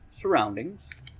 surroundings